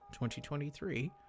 2023